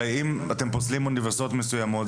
הרי אם אתם פוסלים אוניברסיטאות מסוימות,